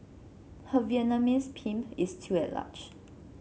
her Vietnamese pimp is still at large